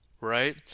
right